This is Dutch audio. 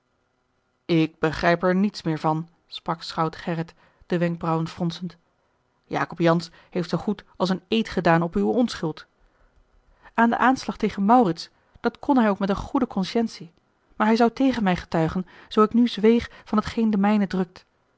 ik begrijp er niets meer van sprak schout gerrit de wenkbrauwen fronzend jacob jansz heeft zoo goed als een eed gedaan op uwe onschuld aan den aanslag tegen maurits dat kon hij ook met eene goede consciëntie maar hij zou tegen mij getuigen zoo ik nu zweeg van t geen de mijne drukt